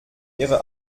ihre